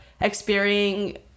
experiencing